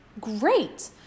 great